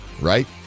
Right